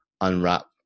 unwrap